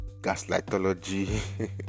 gaslightology